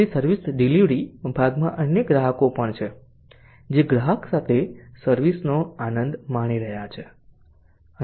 તેથી service delivery ભાગમાં અન્ય ગ્રાહકો પણ છે જે ગ્રાહક સાથે સર્વિસ નો આનંદ માણી રહ્યા છે